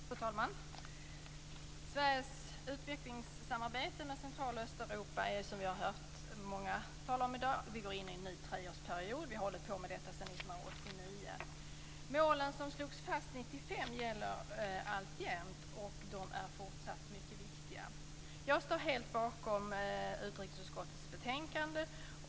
Fru talman! Sveriges utvecklingssamarbete med Central och Östeuropa går, som vi har hört många tala om här i dag, in i en ny treårsperiod. Vi har hållit på med detta sedan 1989. De mål som slogs fast 1995 gäller alltjämt, och de är fortsatt mycket viktiga. Jag står helt bakom utrikesutskottets betänkande.